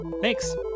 Thanks